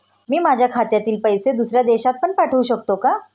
मी माझ्या खात्यातील पैसे दुसऱ्या देशात पण पाठवू शकतो का?